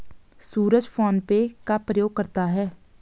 सूरज PhonePe का प्रयोग करता है